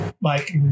Mike